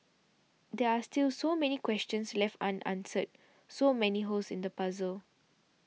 there are still so many questions left unanswered so many holes in the puzzle